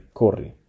corri